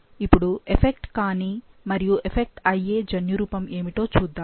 ఇప్పుడు ఎఫెక్ట్ కాని మరియు ఎఫెక్ట్ అయ్యే జన్యురూపం ఏమిటో చూద్దాము